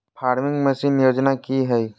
Farming machine योजना कि हैय?